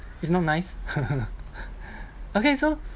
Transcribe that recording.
it's not nice okay so